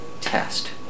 test